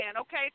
okay